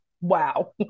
Wow